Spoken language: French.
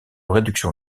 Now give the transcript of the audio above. réduction